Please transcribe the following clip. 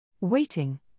Waiting